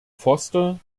foster